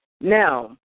Now